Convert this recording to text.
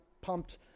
pumped